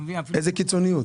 איזו קיצוניות?